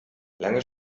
lange